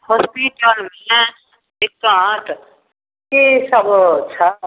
हॉस्पिटलमे दिक्कत कि सब होइ छै